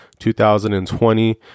2020